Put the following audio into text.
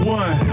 one